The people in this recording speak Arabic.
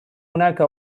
هناك